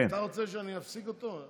אתה רוצה שאני אפסיק אותו?